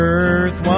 earth